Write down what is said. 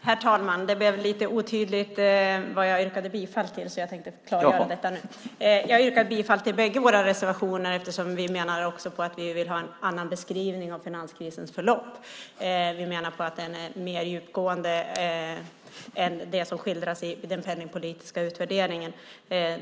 Herr talman! Det blev lite otydligt vad jag yrkade bifall till, så jag tänker förklara det nu. Jag yrkade bifall till bägge våra reservationer. Vi vill ha en annan beskrivning av finanskrisens förlopp. Vi menar på att den är mer djupgående än det som skildras i den penningpolitiska utvärderingen.